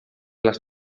las